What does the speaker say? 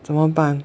怎么办